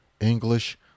English